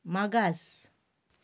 मागास